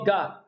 God